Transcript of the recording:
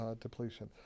depletion